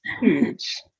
huge